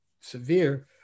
severe